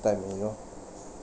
time you know